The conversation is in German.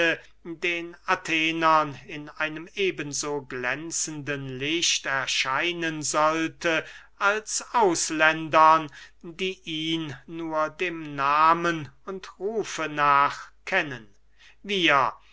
den athenern in einem eben so glänzenden licht erscheinen sollte als ausländern die ihn nur dem nahmen und rufe nach kennen wir